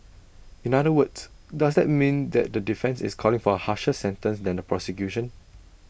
in other words does that mean that the defence is calling for A harsher sentence than the prosecution